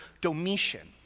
Domitian